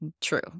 true